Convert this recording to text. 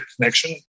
connection